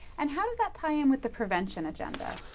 and how does that tie in with the prevention agenda?